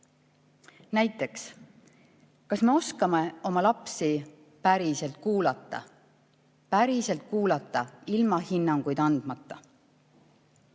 Näiteks, kas me oskame oma lapsi päriselt kuulata, päriselt kuulata ilma hinnanguid andmata?